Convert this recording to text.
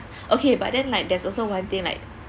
okay but then like there's also one thing like